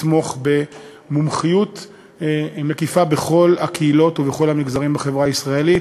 לתמוך במומחיות מקיפה בכל הקהילות ובכל המגזרים בחברה הישראלית,